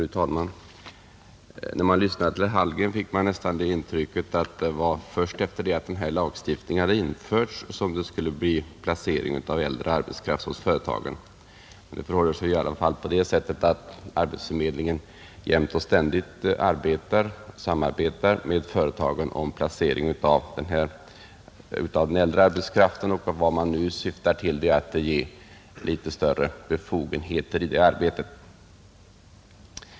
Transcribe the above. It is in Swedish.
Fru talman! När jag lyssnade till herr Hallgren fick jag nästan det intrycket att först efter det att denna lagstiftning har införts kommer den äldre arbetskraften att kunna placeras hos företagen. Det förhåller sig faktiskt så att arbetsförmedlingarna jämt och ständigt samarbetar med företagen om placeringen av äldre arbetskraft, och vad vi nu siktar till är att ge dem större befogenheter i det arbetet.